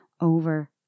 over